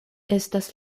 estas